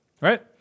right